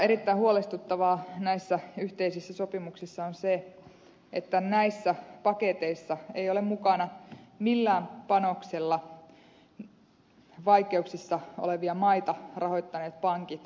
erittäin huolestuttavaa näissä yhteisissä sopimuksissa on se että näissä paketeissa eivät ole mukana millään panoksella vaikeuksissa olevia maita rahoittaneet pankit tai muut sijoittajat